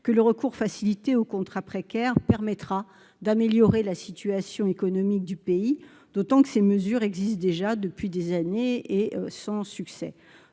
: le recours facilité aux contrats précaires ne permettra pas d'améliorer la situation économique du pays. Au reste, ces mesures s'appliquent déjà depuis des années, sans succès.